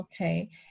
Okay